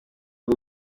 ndi